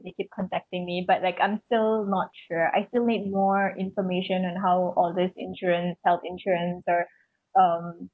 they keep contacting me but like I'm still not sure I still need more information in how all these insurance health insurance or um